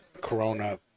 corona